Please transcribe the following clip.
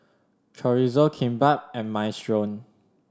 Chorizo Kimbap and Minestrone